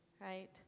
right